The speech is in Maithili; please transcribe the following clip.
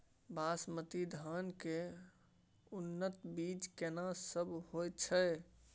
बासमती धान के उन्नत बीज केना सब होयत छै?